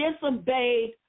disobeyed